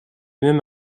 même